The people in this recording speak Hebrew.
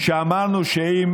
שאמרנו שאם